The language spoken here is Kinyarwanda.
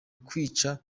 kwica